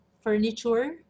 furniture